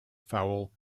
fowl